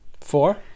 Four